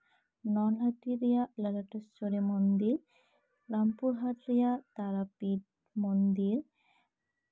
ᱱᱚᱞᱦᱟᱴᱤ ᱨᱮᱭᱟᱜ ᱞᱟᱜᱟ ᱠᱮᱥᱥᱚᱨᱤ ᱢᱚᱱᱫᱤᱨ ᱨᱟᱢᱯᱩᱨᱦᱟᱴ ᱨᱮᱭᱟᱜ ᱛᱟᱨᱟᱯᱤᱴ ᱢᱚᱱᱫᱤᱨ